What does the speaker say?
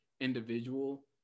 individual